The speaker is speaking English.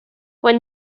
when